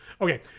Okay